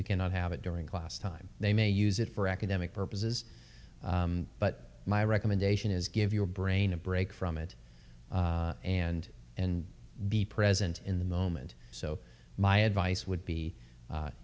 you cannot have it during class time they may use it for academic purposes but my recommendation is give your brain a break from it and and be present in the moment so my advice would be